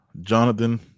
Jonathan